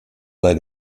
sei